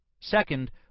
Second